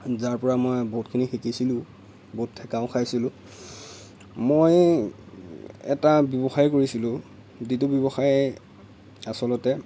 যাৰ পৰা মই বহুতখিনি শিকিছোলোঁ বহুত ঠেকাও খাইছিলোঁ মই এটা ব্যৱসায় কৰিছিলোঁ যিটো ব্যৱসায়ে আচলতে